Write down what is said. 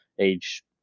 age